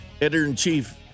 editor-in-chief